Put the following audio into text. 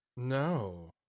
No